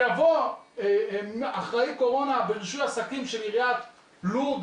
יבוא אחראי קורונה ברישוי עסקים של עיריית לוד,